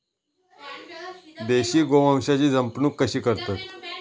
देशी गोवंशाची जपणूक कशी करतत?